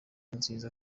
nziza